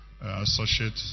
associate